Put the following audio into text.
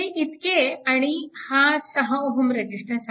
हे इतके आणि हा 6Ω रेजिस्टन्स आहे